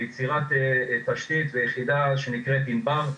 ביצירת תשתית ליחידה שנקראת ענב"ר,